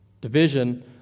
Division